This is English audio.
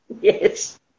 Yes